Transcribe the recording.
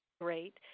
great